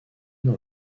dans